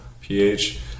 pH